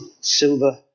silver